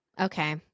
okay